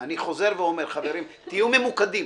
אני חוזר ואומר: חברים, תהיו ממוקדים.